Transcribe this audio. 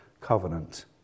covenant